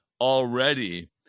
already